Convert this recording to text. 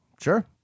Sure